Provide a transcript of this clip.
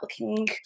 looking